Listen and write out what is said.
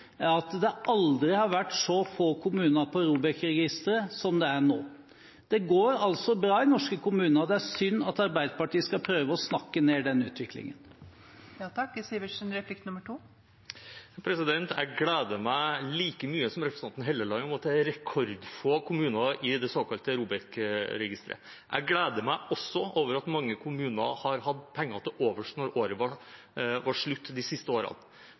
at det aldri har vært så få kommuner i ROBEK-registeret som det er nå. Det går altså bra i norske kommuner. Det er synd at Arbeiderpartiet skal prøve å snakke ned den utviklingen. Jeg gleder meg like mye som representanten Helleland over at det er rekordfå kommuner i det såkalte ROBEK-registeret. Jeg gleder meg også over at mange kommuner de siste årene har hatt penger til overs da året var slutt.